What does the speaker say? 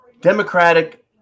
Democratic